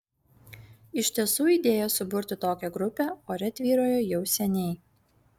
iš tiesų idėja suburti tokią grupę ore tvyrojo jau seniai